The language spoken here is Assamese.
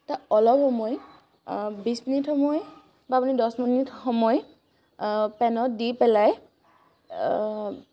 তাত অলপ সময় বিছ মিনিট সময় বা আপুনি দহ মিনিট সময় পেনত দি পেলাই